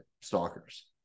stalkers